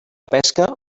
pesca